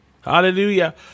Hallelujah